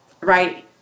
right